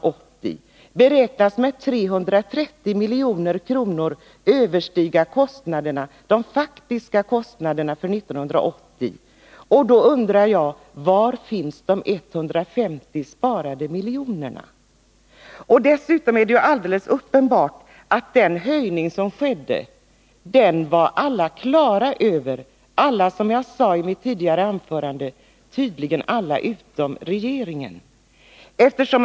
Kostnaderna för 1981 beräknas med 330 milj.kr. överstiga de faktiska kostnaderna för 1980. Då undrar jag: Var finns de 150 sparade miljonerna? Dessutom är det uppenbart att, som jag sade i mitt tidigare anförande, alla utom regeringen var på det klara med att förslaget skulle medföra en höjning av antalet ansökningar.